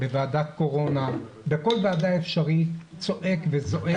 בוועדת קורונה, בכל ועדה אפשרית, צועק וזועק.